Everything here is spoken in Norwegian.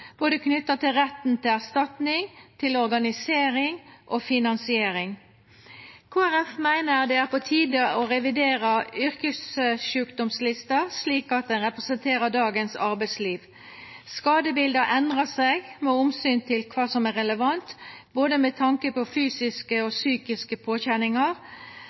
både knytt til retten til erstatning, organisering og finansiering. Kristeleg Folkeparti meiner det er på tide å revidera yrkessjukdomslista, slik at ho representerer dagens arbeidsliv. Skadebildet har endra seg med omsyn til kva som er relevant, både med tanke på fysiske og psykiske påkjenningar.